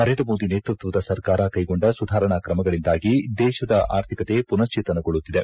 ನರೇಂದ್ರ ಮೋದಿ ನೇತೃತ್ವದ ಸರ್ಕಾರ ಕೈಗೊಂಡ ಸುಧಾರಣಾ ಕ್ರಮಗಳಿಂದಾಗಿ ದೇಶದ ಅರ್ಥಿಕತೆ ಮನಕ್ಷೇತನಗೊಳ್ಳುತ್ತಿದೆ